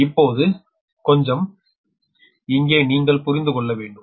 இப்போது கொஞ்சம் இங்கே நீங்கள் புரிந்து கொள்ள வேண்டும்